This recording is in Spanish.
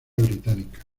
británica